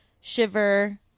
shiver